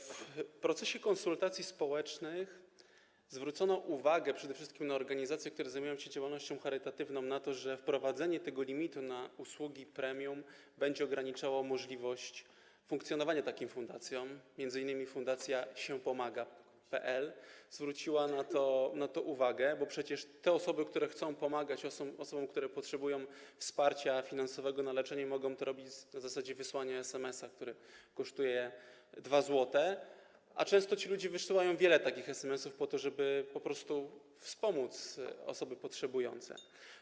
W procesie konsultacji społecznych zwrócono uwagę przede wszystkim na organizacje, które zajmują się działalnością charytatywną, na to, że wprowadzenie tego limitu na usługi premium będzie ograniczało możliwość funkcjonowania takim fundacjom, m.in. Fundacja Siepomaga.pl zwróciła na to uwagę, bo przecież osoby, które chcą pomagać osobom, które potrzebują wsparcia finansowego na leczenie, mogą to robić na zasadzie wysłania SMS-a, który kosztuje 2 zł, a często ci ludzie wysyłają wiele takich SMS-ów, po to żeby po prostu wspomóc osoby potrzebujące.